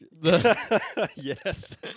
Yes